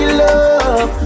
love